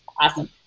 Awesome